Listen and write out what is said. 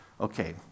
Okay